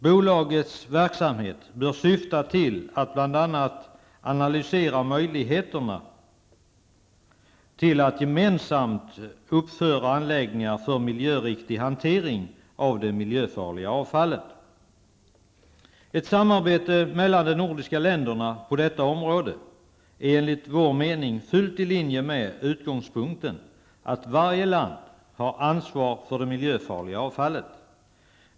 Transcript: Bolagets verksamhet bör syfta bl.a. till att analysera möjligheterna till att gemensamt uppföra anläggningar för miljöriktig hantering av det miljöfarliga avfallet. Ett samarbete mellan de nordiska länderna på detta område är enligt vår mening fullt i linje med utångspunkten att varje land har ansvar för det miljöfarliga avfallet.